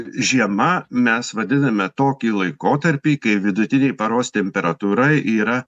žiema mes vadiname tokį laikotarpį kai vidutinė paros temperatūra yra